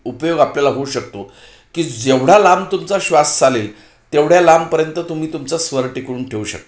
उपयोग आपल्याला होऊ शकतो की जेवढा लांब तुमचा श्वास चालेल तेवढ्या लांबपर्यंत तुम्ही तुमचा स्वर टिकवून ठेवू शकता